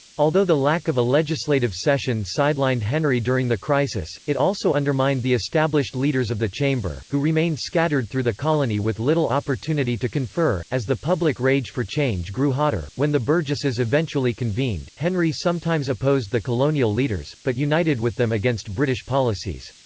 although the lack of a legislative session sidelined henry during the crisis, it also undermined the established leaders of the chamber, who remained scattered through the colony with little opportunity to confer, as the public rage for change grew hotter when the burgesses eventually convened, henry sometimes opposed the colonial leaders, but united with them against british policies.